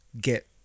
get